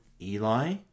eli